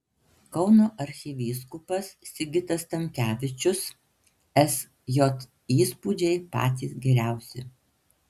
kauno arkivyskupas sigitas tamkevičius sj įspūdžiai patys geriausi